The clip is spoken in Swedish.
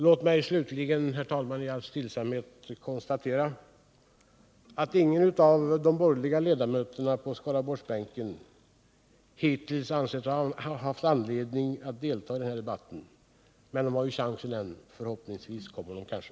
Låt mig slutligen, herr talman, i all stillsamhet konstatera att ingen av de borgerliga ledamöterna på Skaraborgsbänken hittills ansett sig ha anledning att delta i den här debatten. Men de har ju chansen än. Förhoppningsvis kommer de.